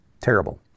terrible